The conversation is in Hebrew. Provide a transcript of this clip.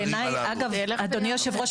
אדוני היושב-ראש,